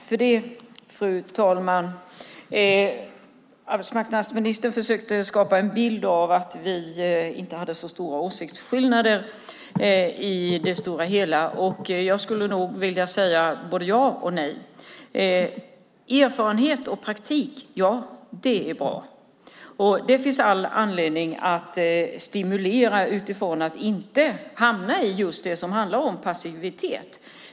Fru talman! Arbetsmarknadsministern försökte skapa en bild av att vi inte hade så stora åsiktsskillnader i det stora hela. Jag skulle nog vilja säga både ja och nej. Erfarenhet och praktik - ja, det är bra. Det finns all anledning att stimulera för att människor inte ska hamna i passivitet.